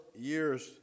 years